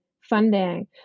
funding